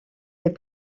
les